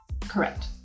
correct